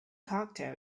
cocktail